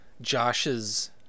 josh's